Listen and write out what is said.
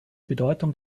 bedeutung